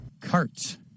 Carts